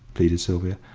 pleaded sylvia.